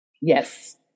Yes